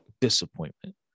disappointment